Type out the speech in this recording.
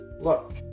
Look